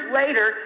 later